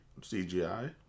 CGI